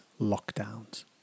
lockdowns